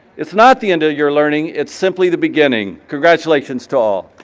it's not the end of your learning, it's simply the beginning. congratulations to all.